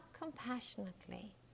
compassionately